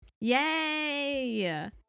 Yay